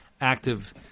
active